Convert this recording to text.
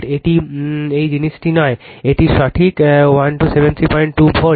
এটি এই জিনিসটি নয় এটি সঠিক 12732 ভোল্ট